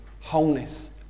wholeness